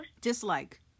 Dislike